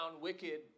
wicked